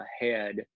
ahead